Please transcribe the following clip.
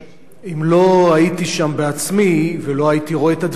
אם לא הייתי שם בעצמי ולא הייתי רואה את הדברים,